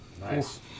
Nice